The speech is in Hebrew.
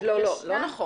לא.